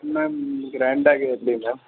ma'am grand ಆಗಿರೋದು ಬೇಡ